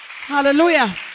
Hallelujah